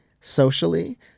socially